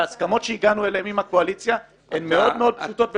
וההסכמות שהגענו אליהן עם הקואליציה הן מאוד מאוד פשוטות ובסיסיות.